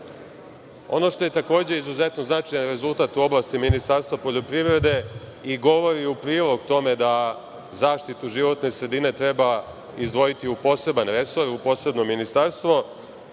što je takođe izuzetno značajan rezultat u oblastima Ministarstva poljoprivrede i govori u prilog tome da zaštitu životne sredine treba izdvojiti u poseban resor, u posebno ministarstvo,